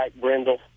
brindle